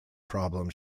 problem